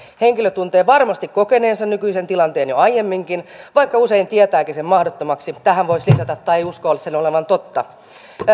henkilö tuntee varmasti kokeneensa nykyisen tilanteen jo aiemminkin vaikka usein tietääkin sen mahdottomaksi tähän voisi lisätä tai ei usko sen olevan totta